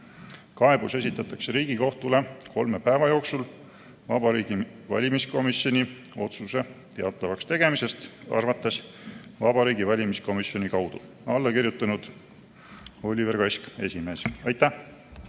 Kaebus esitatakse Riigikohtule kolme päeva jooksul Vabariigi Valimiskomisjoni otsuse teatavaks tegemisest arvates Vabariigi Valimiskomisjoni kaudu." Alla on kirjutanud Vabariigi Valimiskomisjoni